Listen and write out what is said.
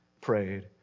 prayed